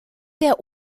der